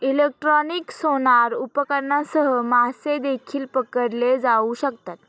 electronic sonar उपकरणांसह मासे देखील पकडले जाऊ शकतात